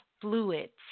fluids